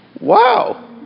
Wow